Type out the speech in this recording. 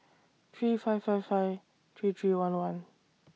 three five five five three three one one